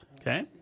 Okay